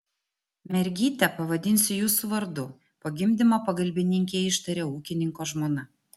mergytę pavadinsiu jūsų vardu po gimdymo pagalbininkei ištarė ūkininko žmona